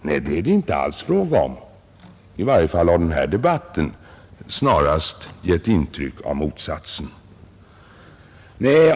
Nej, det är det inte alls fråga om. I varje fall har debatten snarast givit intryck av motsatsen.